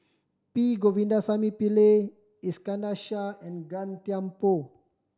P Govindasamy Pillai Iskandar Shah and Gan Thiam Poh